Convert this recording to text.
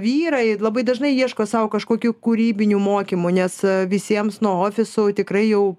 vyrai labai dažnai ieško sau kažkokių kūrybinių mokymų nes visiems nuo ofisų tikrai jau